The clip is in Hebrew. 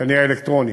כנראה אלקטרונית,